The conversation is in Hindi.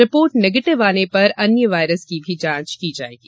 रिपोर्ट निगेटिव आने पर अन्य वायरस की भी जांच की जाएगी